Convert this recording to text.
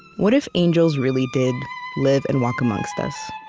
what if angels really did live and walk amongst us?